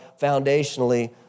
foundationally